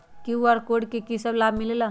QR code से कि कि लाव मिलेला?